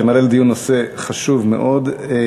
שמעלה לדיון נושא חשוב מאוד.